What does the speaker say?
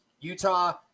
Utah